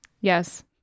Yes